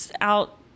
out